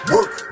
Work